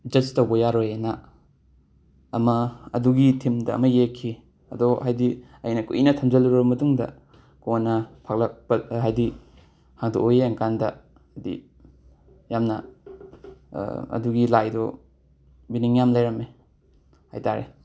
just ꯇꯧꯕ ꯌꯥꯔꯣꯏꯌꯦꯅ ꯑꯃ ꯑꯗꯨꯒꯤ ꯊꯤꯝꯗ ꯑꯃ ꯌꯦꯛꯈꯤ ꯑꯗꯣ ꯍꯥꯏꯗꯤ ꯑꯩꯅ ꯀꯨꯏꯅ ꯊꯝꯖꯜꯂꯨꯔꯕ ꯃꯇꯨꯡꯗ ꯀꯣꯟꯅ ꯐꯥꯛꯂꯛꯄ ꯍꯥꯏꯗꯤ ꯍꯥꯡꯗꯣꯛꯑ ꯌꯦꯡꯀꯥꯟꯗꯗꯤ ꯌꯥꯝꯅ ꯑꯗꯨꯒꯤ ꯂꯥꯏꯗꯣ ꯃꯤꯅꯤꯡ ꯌꯥꯝꯅ ꯂꯩꯔꯝꯃꯦ ꯍꯥꯏ ꯇꯥꯔꯦ